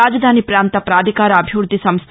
రాజధాని ప్రాంత ప్రాధికార అభివృద్ది సంస్ద